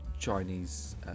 Chinese